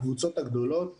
הקבוצות הגדולות